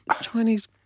Chinese